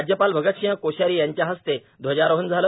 राज्यपाल भगतसिंग कोश्यारी यांच्या हस्ते ध्वजारोहण केलं